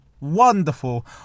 wonderful